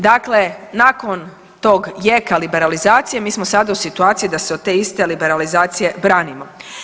Dakle, nakon tog jeka liberalizacije mi smo sada u situaciji da se od te iste liberalizacije branimo.